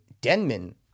Denman